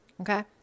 Okay